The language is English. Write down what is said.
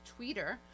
tweeter